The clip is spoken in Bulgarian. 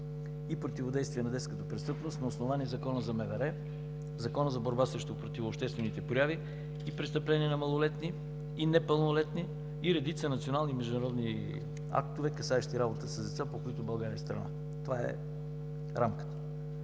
и противодействието на детската престъпност на основание Закона за МВР, Закона за борба срещу противообществените прояви и престъпления на малолетни и непълнолетни, и редица национални, международни актове, касаещи работата с деца, по които България е страна. Това е рамката.